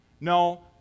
No